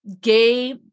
gay